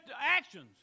actions